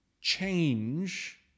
change